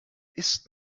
ist